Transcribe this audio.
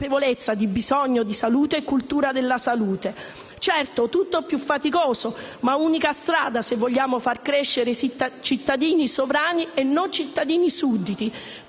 del bisogno di salute e cultura della salute. Certo, tutto più faticoso, ma unica strada se vogliamo far crescere cittadini sovrani e non cittadini sudditi,